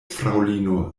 fraŭlino